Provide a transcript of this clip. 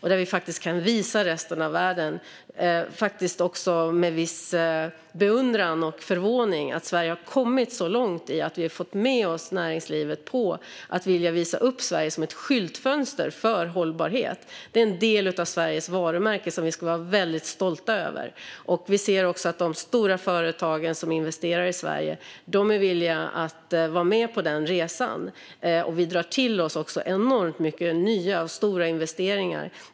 Här kan vi visa resten av världen - vilket väcker viss beundran och förvåning - att Sverige har kommit långt i att få med näringslivet på att vilja visa upp Sverige som ett skyltfönster för hållbarhet. Det är en del av Sveriges varumärke som vi ska vara väldigt stolta över. Vi ser också att de stora företag som investerar i Sverige är villiga att vara med på denna resa. Vi drar även till oss enormt mycket nya och stora investeringar.